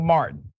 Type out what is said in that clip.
Martin